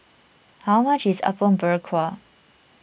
how much is Apom Berkuah